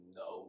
no